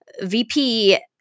VP